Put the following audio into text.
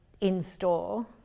in-store